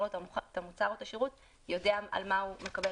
לו את המוצר או השירות יודע על מה הוא מסכים.